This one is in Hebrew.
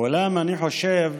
אולם אני חושב,